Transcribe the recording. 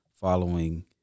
following